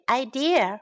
idea